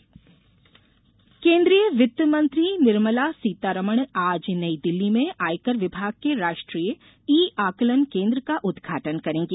वित्तमंत्री ई आकलन केन्द्रीय वित्त मंत्री निर्मला सीतारमण आज नई दिल्ली में आयकर विभाग के राष्ट्रीय ई आकलन केन्द्र का उदघाटन करेंगी